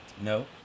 No